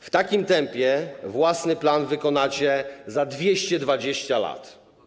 W takim tempie własny plan wykonacie za 220 lat.